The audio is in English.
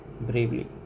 bravely